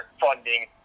funding